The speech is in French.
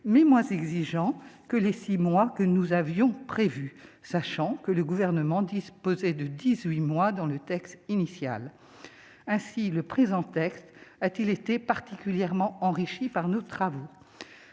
mais moins exigeant que les six mois que nous avions prévus en première lecture. Rappelons que le Gouvernement disposait de dix-huit mois dans le texte initial. Ainsi le présent texte a-t-il été particulièrement enrichi par nos travaux.